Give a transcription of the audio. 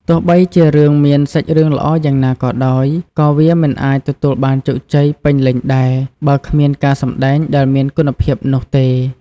ទោះបីជារឿងមានសាច់រឿងល្អយ៉ាងណាក៏ដោយ ក៏វាមិនអាចទទួលបានជោគជ័យពេញលេញដែរ បើគ្មានការសម្ដែងដែលមានគុណភាពនោះទេ។